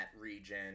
region